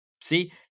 see